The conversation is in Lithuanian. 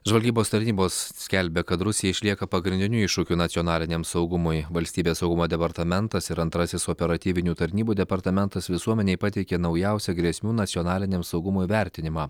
žvalgybos tarnybos skelbia kad rusija išlieka pagrindiniu iššūkiu nacionaliniam saugumui valstybės saugumo departamentas ir antrasis operatyvinių tarnybų departamentas visuomenei pateikė naujausią grėsmių nacionaliniam saugumui vertinimą